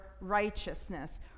righteousness